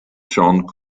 john